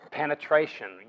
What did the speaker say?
penetration